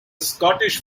scottish